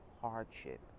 hardship